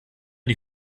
die